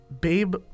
Babe